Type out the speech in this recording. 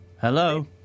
Hello